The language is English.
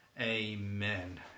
amen